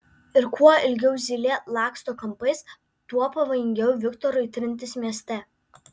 ir kuo ilgiau zylė laksto kampais tuo pavojingiau viktorui trintis mieste